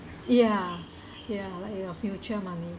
ya ya like your future money